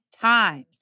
times